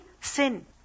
Sin